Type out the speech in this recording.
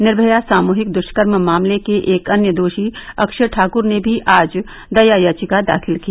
निर्मया सामूहिक दुष्कर्म मामले के एक अन्य दोषी अक्षय ठाक्र ने भी आज दया याचिका दाखिल की